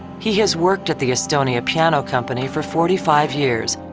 he has worked at the estonia piano company for forty five years.